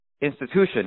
institution